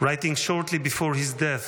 Writing shortly before his death,